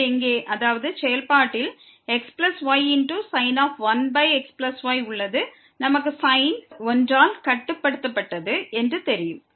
எனவே இங்கே அதாவது செயல்பாட்டில் xysin 1xy உள்ளது நமக்கு sin அந்த 1 ஆல் கட்டுப்படுத்தப்பட்டது என்று தெரியும்